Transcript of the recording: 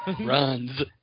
Runs